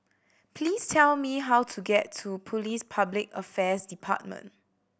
please tell me how to get to Police Public Affairs Department